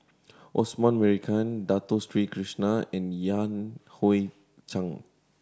Osman Merican Dato Sri Krishna and Yan Hui Chang